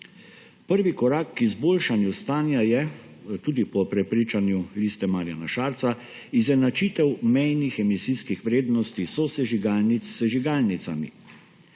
Prvi korak k izboljšanju stanja je, tudi po prepričanju LMŠ, izenačitev mejnih emisijskih vrednosti sosežigalnic s sežigalnicami.